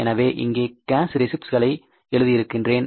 எனவே இங்கே கேஸ் ரெசிப்ட்ஸ்களை எழுதியிருக்கின்றேன